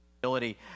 ability